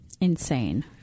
Insane